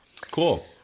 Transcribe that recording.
Cool